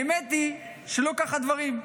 האמת היא שלא כך הדברים.